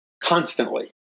constantly